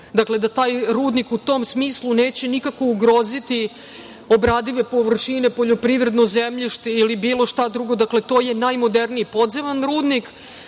rudnik, da taj rudnik u tom smislu neće nikako ugroziti obradive površine, poljoprivredno zemljište ili bilo šta drugo. Dakle, to je najmoderniji podzemni rudnik.